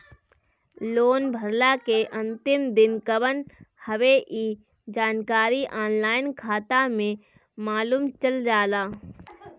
loan भरला के अंतिम दिन कवन हवे इ जानकारी ऑनलाइन खाता में मालुम चल जाला